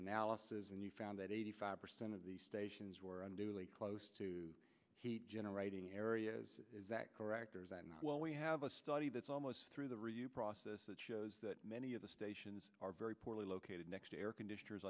analysis and you found that eighty five percent of the stations were unduly close to generating area is that correct well we have a study that's almost through the review process that shows that many of the stations are very poorly located next to air conditioners